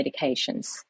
medications